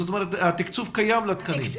זאת אומרת, התקצוב קיים לתקנים.